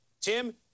Tim